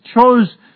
chose